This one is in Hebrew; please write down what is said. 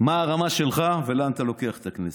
מה הרמה שלך ולאן אתה לוקח את הכנסת.